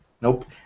nope